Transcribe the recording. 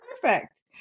Perfect